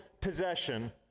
possession